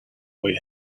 boy